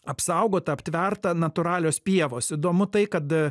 apsaugota aptverta natūralios pievos įdomu tai kad